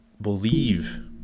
believe